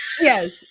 yes